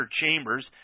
Chambers